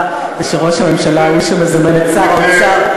ושראש הממשלה הוא שמזמן את שר האוצר.